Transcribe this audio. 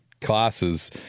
classes